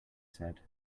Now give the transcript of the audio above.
said